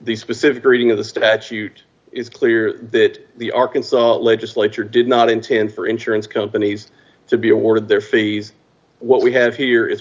the specific wording of the statute is clear that the arkansas legislature did not intend for insurance companies to be awarded their fees what we have here is